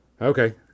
Okay